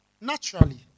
Naturally